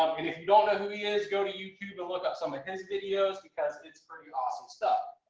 um i mean if you don't know who he is, go to youtube and look up some of his videos because it's pretty awesome stuff.